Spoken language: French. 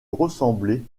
ressembler